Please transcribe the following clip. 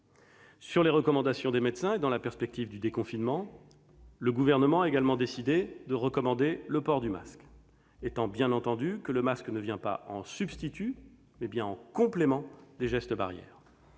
Sur les recommandations des médecins, et dans la perspective du déconfinement, le Gouvernement a également décidé de recommander le port du masque, étant bien entendu que le masque ne vient pas en substitut, mais bien en complément des gestes barrières.